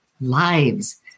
lives